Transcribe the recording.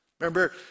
Remember